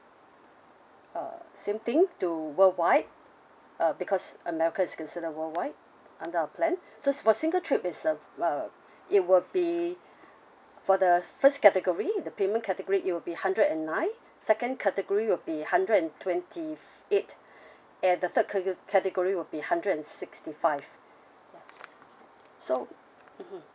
uh same thing to worldwide uh because america is consider worldwide under our plan so for single trip is a uh it will be for the first category the payment category it will be hundred and nine second category will be hundred and twenty f~ eight and the third cate~ category would be hundred and sixty five so mmhmm